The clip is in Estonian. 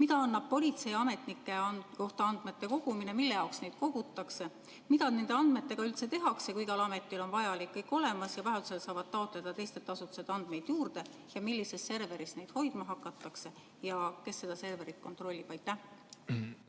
Mida annab politseiametnike kohta andmete kogumine, mille jaoks neid kogutakse? Mida nende andmetega tehakse, kui igal ametil on vajalik kõik olemas ja vajadusel saavad nad taotleda teistelt asutustelt andmeid juurde? Millises serveris neid hoidma hakatakse ja kes seda serverit kontrollib? Aitäh!